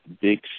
Big